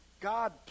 God